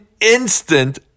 instant